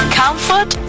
comfort